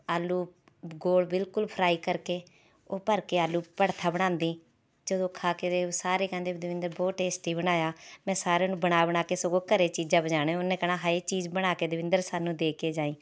ਆਲੂ ਗੋਲ ਬਿਲਕੁਲ ਫਰਾਈ ਕਰਕੇ ਉਹ ਭਰ ਕੇ ਆਲੂ ਭੜਥਾ ਬਣਾਉਦੀ ਜਦੋਂ ਖਾ ਕੇ ਦੇ ਸਾਰੇ ਕਹਿੰਦੇ ਦਵਿੰਦਰ ਬਹੁਤ ਟੇਸਟੀ ਬਣਾਇਆ ਮੈਂ ਸਾਰਿਆਂ ਨੂੰ ਬਣਾ ਬਣਾ ਕੇ ਸਗੋਂ ਘਰ ਚੀਜ਼ਾਂ ਪੁਜਾਉਣੀਆਂ ਉਹਨੇ ਕਹਿਣਾ ਹਾਏ ਚੀਜ਼ ਬਣਾ ਕੇ ਦਵਿੰਦਰ ਸਾਨੂੰ ਦੇ ਕੇ ਜਾਈ